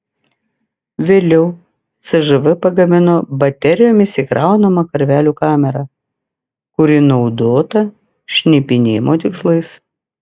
vėliau cžv pagamino baterijomis įkraunamą karvelių kamerą kuri naudota šnipinėjimo tikslais